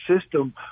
system